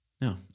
No